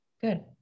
good